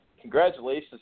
congratulations